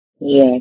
Yes